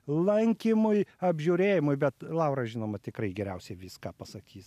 lankymui apžiūrėjimui bet laura žinoma tikrai geriausiai viską pasakys